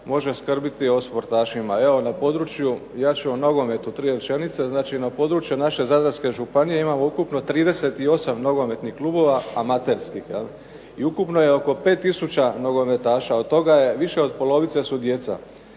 može skrbiti o drugima. Na području, ja ću o nogometu tri rečenice, na području naše Zadarske županije imamo ukupno 38 nogometnih klubova, amaterskih i ukupno je oko 5000 nogometaša, od toga je više od polovice su djeca.